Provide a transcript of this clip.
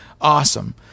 awesome